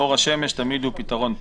אור השמש הוא תמיד פתרון טוב.